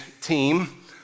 team